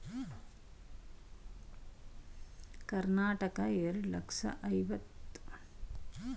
ಕರ್ನಾಟಕ ಎರಡ್ ಲಕ್ಷ್ದ ಐವತ್ ಒಂದ್ ಸಾವಿರ್ದ ಐನೂರ ಇಪ್ಪತ್ತು ಟನ್ ಕಾಫಿನ ಒಂದ್ ವರ್ಷಕ್ಕೆ ಬೆಳಿತದೆ